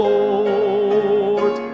Lord